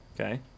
Okay